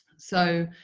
so